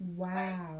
wow